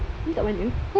ni kat mana